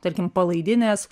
tarkim palaidinės